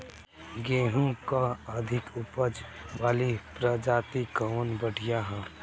गेहूँ क अधिक ऊपज वाली प्रजाति कवन बढ़ियां ह?